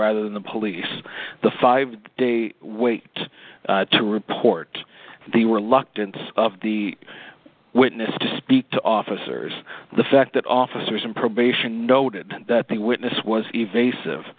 rather than the police the five day wait to report the reluctance of the witness to speak to officers the fact that officers on probation noted that the witness was evasive